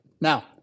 Now